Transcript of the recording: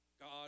God